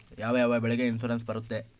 ಯಾವ ಯಾವ ಬೆಳೆಗೆ ಇನ್ಸುರೆನ್ಸ್ ಬರುತ್ತೆ?